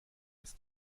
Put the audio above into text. ist